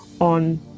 on